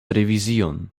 revizion